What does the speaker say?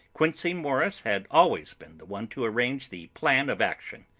quincey morris had always been the one to arrange the plan of action,